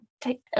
take